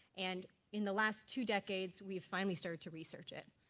and in the last two decades, we've finally started to research it.